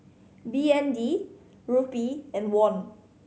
B N D Rupee and Won